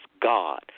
God